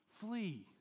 flee